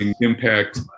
impact